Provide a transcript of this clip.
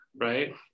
right